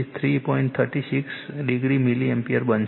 36 o milliampere બનશે